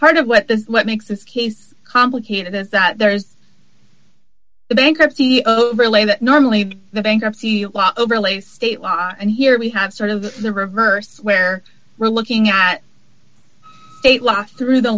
part of what the what makes this case complicated is that there's the bankruptcy overlay that normally the bankruptcy law overlay state law and here we have sort of the reverse where we're looking at state law through the